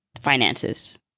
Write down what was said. finances